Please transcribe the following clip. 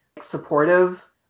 supportive